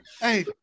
Hey